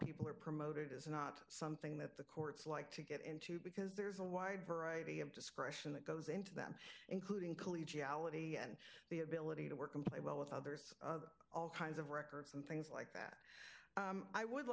people are promoted is not something that the courts like to get into because there's a wide variety of discretion that goes into that including collegiality and the ability to work and play well with others all kinds of records and things like that i would